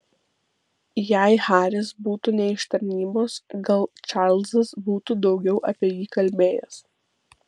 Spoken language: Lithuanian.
jei haris būtų ne iš tarnybos gal čarlzas būtų daugiau apie jį kalbėjęs